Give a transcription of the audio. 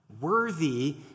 Worthy